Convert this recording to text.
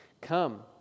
come